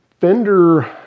Fender